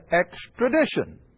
extradition